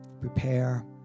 prepare